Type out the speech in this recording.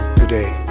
today